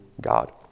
God